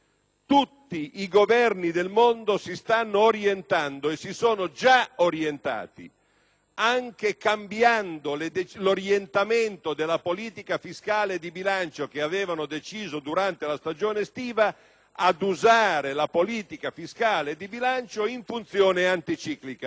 tutti i Governi del mondo si stanno orientando, e si sono già orientati, anche cambiando l'orientamento della politica fiscale e di bilancio che avevano deciso durante la stagione estiva, ad usare la politica fiscale e di bilancio in funzione anticiclica.